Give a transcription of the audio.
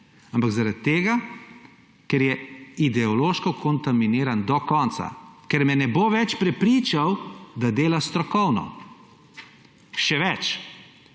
ampak ker je ideološko kontaminiran do konca, ker me ne bo več prepričal, da dela strokovno. Še več,